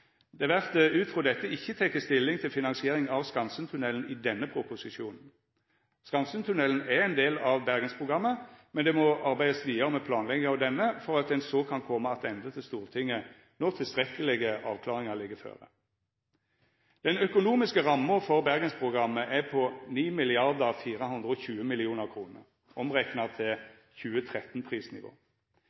Det vert ut frå dette ikkje teke stilling til finansiering av Skansentunnelen i denne proposisjonen. Skansentunnelen er ein del av Bergensprogrammet, men det må arbeidast vidare med planlegging av denne for at ein så kan koma attende til Stortinget når tilstrekkelege avklaringar ligg føre. Den økonomiske ramma for Bergensprogrammet er på 9 420 mill. kr omrekna til